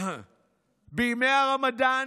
בימי הרמדאן